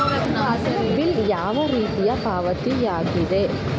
Bill ಯಾವ ರೀತಿಯ ಪಾವತಿಯಾಗಿದೆ?